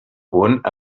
punt